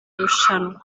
rushanwa